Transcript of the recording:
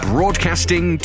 Broadcasting